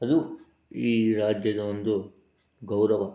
ಅದು ಈ ರಾಜ್ಯದ ಒಂದು ಗೌರವ